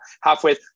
halfway